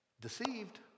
Deceived